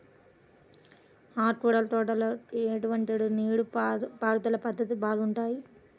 ఆకుకూరల తోటలకి ఎటువంటి నీటిపారుదల పద్ధతులు బాగుంటాయ్?